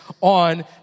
on